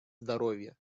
здоровья